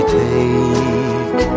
take